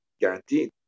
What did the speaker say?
guaranteed